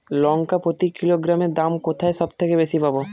লঙ্কা প্রতি কিলোগ্রামে দাম কোথায় সব থেকে বেশি পাব?